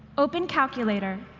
open calculator.